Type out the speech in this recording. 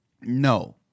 No